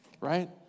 Right